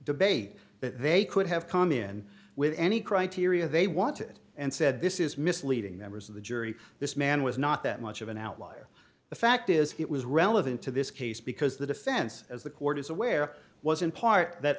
debate they could have come in with any criteria they wanted and said this is misleading members of the jury this man was not that much of an outlier the fact is it was relevant to this case because the defense as the court is aware was in part that